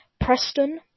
Preston